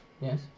Yes